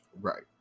Right